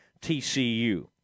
TCU